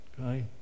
okay